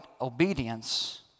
obedience